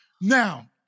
Now